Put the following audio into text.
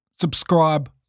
subscribe